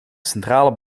centrale